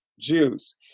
Jews